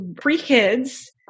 pre-kid's